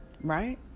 Right